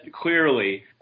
clearly